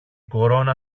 κορώνα